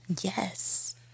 Yes